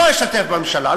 לא משתתף בממשלה,